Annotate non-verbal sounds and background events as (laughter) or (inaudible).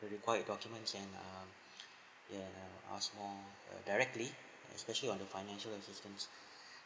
the required documents and um (noise) ya I'll ask more uh directly especially on the financial assistance